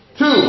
Two